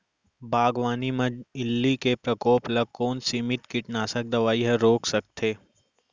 बागवानी म इल्ली के प्रकोप ल कोन सीमित कीटनाशक दवई ह रोक सकथे?